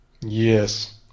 Yes